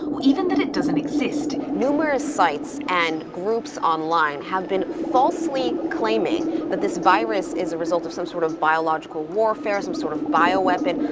or even that it doesn't exist. numerous sites, and groups online, have been falsely claiming that this virus is the result of some sort of biological warfare, some sort of bioweapon,